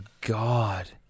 God